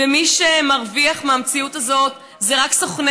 ומי שמרוויח מהמציאות הזאת זה רק סוכני